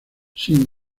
sin